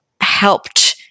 helped